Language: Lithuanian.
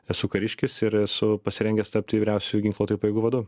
esu kariškis ir esu pasirengęs tapti vyriausiuoju ginkluotųjų pajėgų vadu